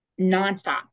nonstop